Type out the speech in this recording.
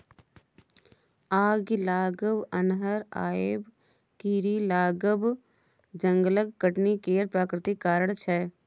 आगि लागब, अन्हर आएब, कीरी लागब जंगलक कटनी केर प्राकृतिक कारण छै